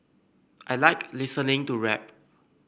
I like listening to rap